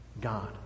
God